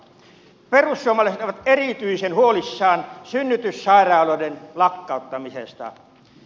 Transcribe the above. perussuomalaiset ovat erityisen huolissaan synnytyssairaaloiden lakkauttamisesta